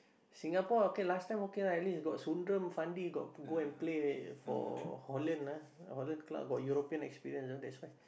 Singapore okay last time okay lah at least got Sundram Fandi got go and play for Holland ah Holland club got European experience ah that's why